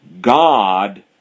God